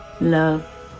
love